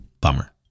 bummer